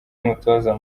n’umutoza